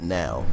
now